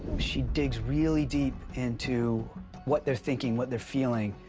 she digs really deep into what they're thinking, what they're feeling,